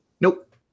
Nope